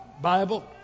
Bible